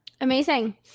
amazing